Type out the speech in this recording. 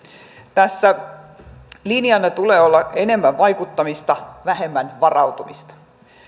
tässä linjana tulee olla enemmän vaikuttamista vähemmän varautumista